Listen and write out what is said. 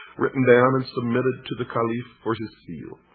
written down and submitted to the caliph for his seal.